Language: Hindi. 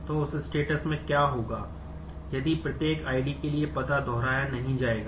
तो उस status में क्या होगा यदि प्रत्येक ID के लिए पता दोहराया नहीं जाएगा